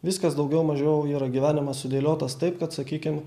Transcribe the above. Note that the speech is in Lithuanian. viskas daugiau mažiau yra gyvenimas sudėliotas taip kad sakykim